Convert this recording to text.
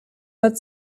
but